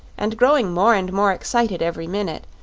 and growing more and more excited every minute,